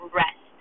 rest